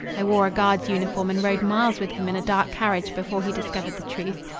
i wore a guard's uniform and rode miles with him in a dark carriage before he discovered the truth.